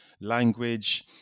language